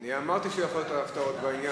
אמרתי שיכולות להיות הפתעות בעניין.